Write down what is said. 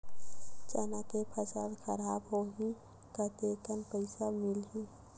चना के फसल खराब होही कतेकन पईसा मिलही?